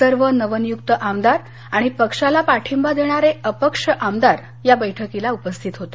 सर्व नवनियुक्त आमदार आणि पक्षाला पाठींबा देणारे अपक्ष आमदार या बैठकीला उपस्थित होते